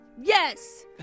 Yes